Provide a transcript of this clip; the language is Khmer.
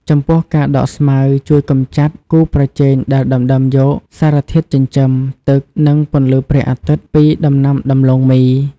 ចំពោះការដកស្មៅជួយកម្ចាត់គូប្រជែងដែលដណ្ដើមយក សារធាតុចិញ្ចឹម ទឹក និង ពន្លឺព្រះអាទិត្យ ពីដំណាំដំឡូងមី។